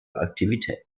aktivitäten